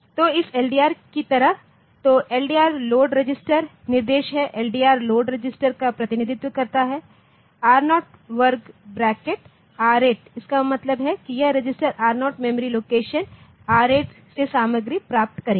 तो इस LDR की तरह तो LDR लोड रजिस्टर निर्देश है LDR लोड रजिस्टरको प्रतिनिधित्व करताR0 वर्ग ब्रैकेट R8 इसका मतलब है कि यह register R0 memory location R8 से सामग्री प्राप्त करेगा